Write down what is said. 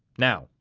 now,